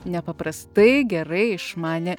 nepaprastai gerai išmanė